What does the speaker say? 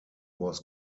was